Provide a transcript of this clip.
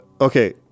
Okay